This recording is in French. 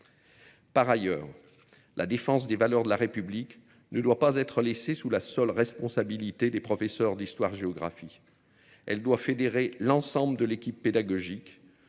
Par ailleurs, la défense des valeurs de la République ne doit pas être laissée sous la seule responsabilité des professeurs d'histoire-géographie. Elle doit fédérer l'ensemble de l'équipe pédagogique,